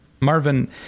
Marvin